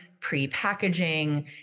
pre-packaging